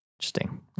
Interesting